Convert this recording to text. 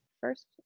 First